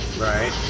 Right